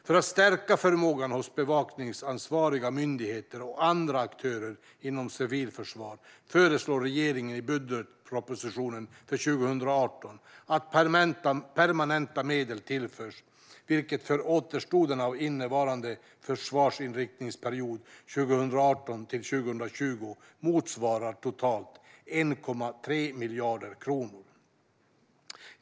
För att stärka förmågan hos bevakningsansvariga myndigheter och andra aktörer inom civilt försvar föreslår regeringen i budgetpropositionen för 2018 att permanenta medel ska tillföras, vilket för återstoden av innevarande försvarsinriktningsperiod, 2018-2020, motsvarar totalt 1,3 miljarder kronor.